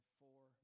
four